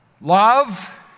Love